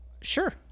Sure